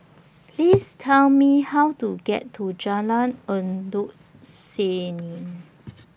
Please Tell Me How to get to Jalan Endut Senin